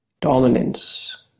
dominance